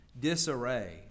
disarray